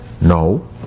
No